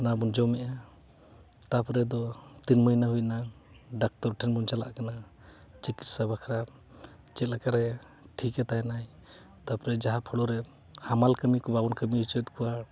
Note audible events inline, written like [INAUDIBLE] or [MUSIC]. ᱚᱱᱟ ᱵᱚᱱ ᱡᱚᱢᱮᱜᱼᱟ ᱛᱟᱨᱯᱚᱨᱮ ᱫᱚ ᱛᱤᱱ ᱢᱟᱹᱦᱱᱟᱹ ᱦᱩᱭᱱᱟ ᱰᱟᱠᱛᱚᱨ ᱴᱷᱮᱱ ᱵᱚᱱ ᱪᱟᱞᱟᱜ ᱠᱟᱱᱟ ᱪᱤᱠᱤᱛᱥᱟ ᱵᱟᱠᱷᱨᱟ ᱪᱮᱫ ᱞᱮᱠᱟᱨᱮ ᱴᱷᱤᱠ ᱮ ᱛᱟᱦᱮᱱᱟᱭ ᱛᱟᱨᱯᱚᱨᱮ ᱡᱟᱦᱟᱸ [UNINTELLIGIBLE] ᱨᱮ ᱦᱟᱢᱟᱞ ᱠᱟᱹᱢᱤ ᱠᱚ ᱵᱟᱵᱚᱱ ᱠᱟᱹᱢᱤ ᱦᱚᱪᱚᱭᱮᱫ ᱠᱚᱣᱟ